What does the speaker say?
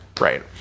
Right